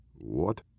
What